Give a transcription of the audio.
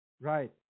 Right